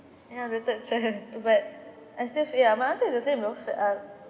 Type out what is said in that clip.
ya that's uh but I still feel ya my answer is the same though fo~ uh